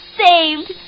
saved